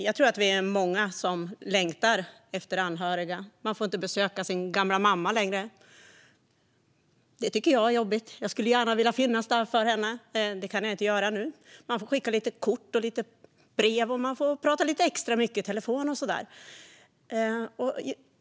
Jag tror att vi är många som längtar efter anhöriga. Man får inte besöka sin gamla mamma längre. Det tycker jag är jobbigt. Jag skulle gärna vilja finnas där för min mamma. Det kan jag inte göra nu. Man får skicka kort och brev, och man får prata lite extra mycket i telefon.